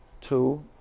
two